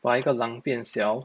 把一个狼变小